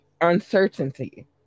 uncertainty